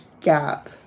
gap